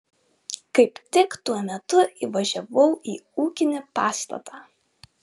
kaip tik tuo metu įvažiavau į ūkinį pastatą